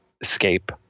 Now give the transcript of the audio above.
Escape